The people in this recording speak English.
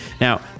now